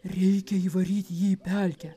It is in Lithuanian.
reikia įvaryt jį į pelkę